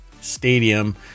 Stadium